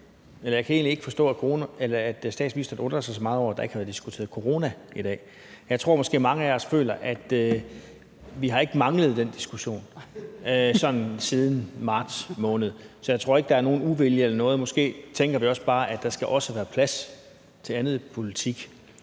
egentlig ikke forstå, at statsministeren undrer sig så meget over, at der ikke har været diskuteret corona i dag. Jeg tror måske, at mange af os føler, at vi ikke har manglet den diskussion sådan siden marts måned, så jeg tror ikke, at der er nogen uvilje imod det. Måske tænker vi bare, at der også skal være plads til andet i politik,